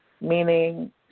Meaning